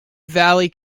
valley